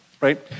right